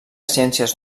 ciències